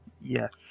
Yes